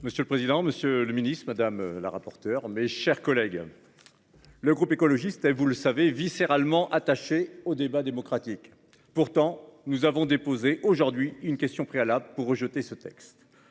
Monsieur le président, Monsieur le Ministre, madame la rapporteure, mes chers collègues. Le groupe écologiste, elle vous le savez viscéralement attachée au débat démocratique. Pourtant nous avons déposé aujourd'hui une question préalable pour rejeter ce texte.